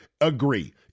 agree